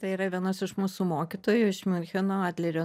tai yra vienos iš mūsų mokytojų iš miuncheno adlerio